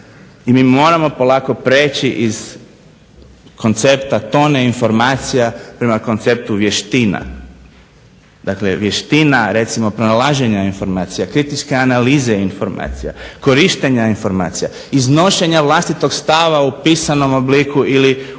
i mi moramo polako prijeći iz koncepta tone informacija prema konceptu vještina. Dakle, vještina recimo pronalaženja informacija, kritičke analize informacija, korištenja informacija, iznošenja vlastitog stava u pisanom obliku ili usmeno,